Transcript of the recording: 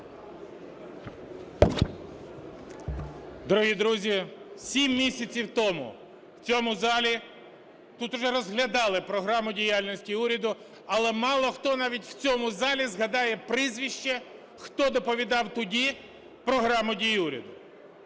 Дорогі друзі, 7 місяців тому в цьому залі тут уже розглядали програму діяльності уряду, але мало хто навіть в цьому залі згадає прізвище, хто доповідав тоді програму дій уряду.